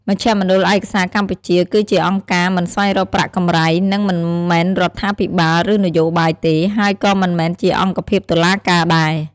មជ្ឈមណ្ឌលឯកសារកម្ពុជា គឺជាអង្គការមិនស្វែងរកប្រាក់កម្រៃ និង មិនមែនរដ្ឋាភិបាល ឬ នយោបាយទេ ហើយក៏មិនមែនជាអង្គភាពតុលាការដែរ។